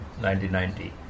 1990